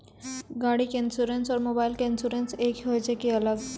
गाड़ी के इंश्योरेंस और मोबाइल के इंश्योरेंस एक होय छै कि अलग?